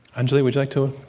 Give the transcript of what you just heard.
anjali would you like to